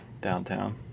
downtown